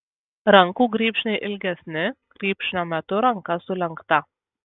rankų grybšniai ilgesni grybšnio metu ranka sulenkta